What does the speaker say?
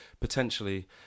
potentially